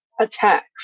attack